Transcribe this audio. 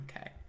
Okay